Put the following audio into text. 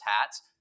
hats